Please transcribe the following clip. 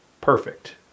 perfect